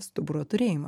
stuburo turėjimą